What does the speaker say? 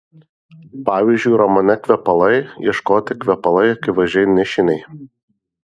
pavyzdžiui romane kvepalai ieškoti kvepalai akivaizdžiai nišiniai